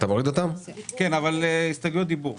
הסתייגות דיבור.